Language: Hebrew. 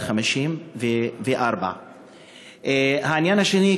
754. העניין השני,